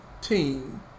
team